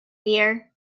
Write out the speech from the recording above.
dear